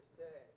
say